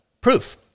proof